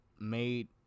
made